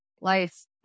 life